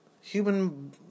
human